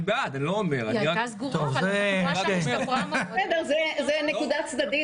אני בעד, אני לא אומר --- זו נקודה צדדית.